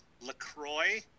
LaCroix